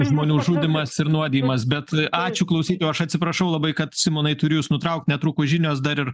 žmonių žudymas ir nuodijimas bet ačiū klausytojau aš atsiprašau labai kad simonai turiu jus nutraukt netrukus žinios dar ir